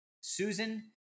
Susan